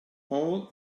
all